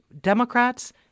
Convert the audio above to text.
Democrats